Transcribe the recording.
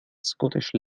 scottish